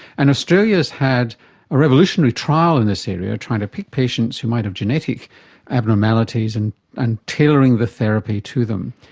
and australia has had a revolutionary trial in this area trying to pick patients who might have genetic abnormalities and and tailoring the therapy to them.